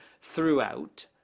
throughout